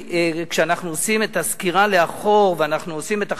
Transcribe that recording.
כשאנחנו עושים את הסקירה לאחור ואנחנו עושים את החשבון,